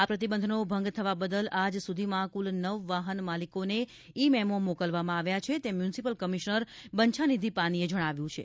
આ પ્રતિબંધનો ભંગ થવા બદલ આજ સુધીમાં કુલ નવ વાહન માલિકોને ઇ મેમો મોકલવામાં આવ્યા છે તેમ મ્યુનિસિપલ કમિશનર બંછાનિધિ પાનીએ જણાવ્યું છે